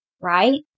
right